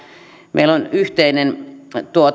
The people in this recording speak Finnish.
meillä on yhteinen